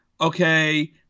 okay